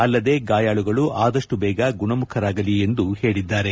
ಅಲ್ಲದೇ ಗಾಯಾಳುಗಳು ಆದಪ್ಟು ಬೇಗ ಗುಣಮುಖರಾಗಲಿ ಎಂದು ಹೇಳಿದ್ದಾರೆ